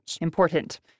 Important